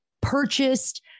purchased